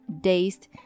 dazed